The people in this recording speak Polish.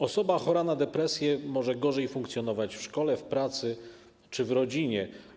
Osoba chora na depresję może gorzej funkcjonować w szkole, w pracy czy w rodzinie.